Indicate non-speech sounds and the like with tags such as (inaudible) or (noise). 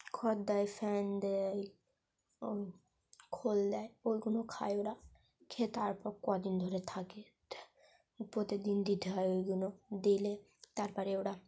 খড় দেয় ফ্যান দেয় ওই খোল দেয় ওইগুলো খায় ওরা খেয়ে তারপর কদিন ধরে থাকে (unintelligible) প্রতিদিন দিতে হয় ওইগুলো দিলে তার পরে ওরা